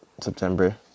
September